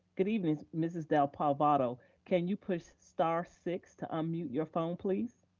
good evening, mrs. dipadova, can you push star-six to unmute your phone, please?